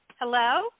Hello